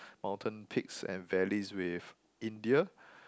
mountain peaks and valleys with India